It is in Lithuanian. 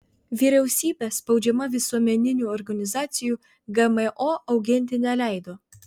vyriausybė spaudžiama visuomeninių organizacijų gmo auginti neleido